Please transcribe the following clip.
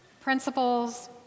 principles